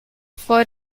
for